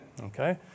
Okay